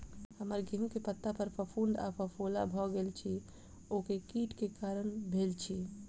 हम्मर गेंहूँ केँ पत्ता पर फफूंद आ फफोला भऽ गेल अछि, ओ केँ कीट केँ कारण भेल अछि?